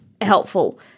helpful